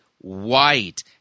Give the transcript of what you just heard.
White